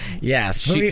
yes